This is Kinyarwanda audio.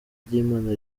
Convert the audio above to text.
ry’imana